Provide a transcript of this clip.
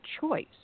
choice